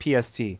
PST